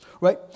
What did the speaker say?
right